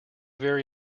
very